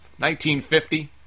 1950